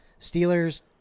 Steelers